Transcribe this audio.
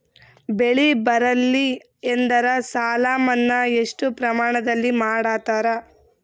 ಬೆಳಿ ಬರಲ್ಲಿ ಎಂದರ ಸಾಲ ಮನ್ನಾ ಎಷ್ಟು ಪ್ರಮಾಣದಲ್ಲಿ ಮಾಡತಾರ?